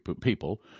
people